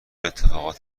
اتفاقات